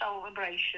celebration